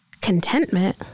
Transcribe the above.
contentment